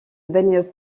baigne